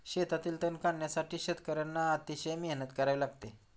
शेतातील तण काढण्यासाठी शेतकर्यांना अतिशय मेहनत करावी लागते